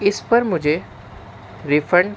اس پر مجھے ریفنڈ